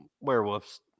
werewolves